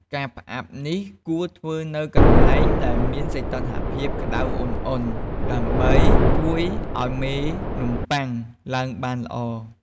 ការផ្អាប់នេះគួរធ្វើនៅកន្លែងដែលមានសីតុណ្ហភាពក្ដៅឧណ្ហៗ ដើម្បីជួយឱ្យមេនំប៉័ងឡើងបានល្អ។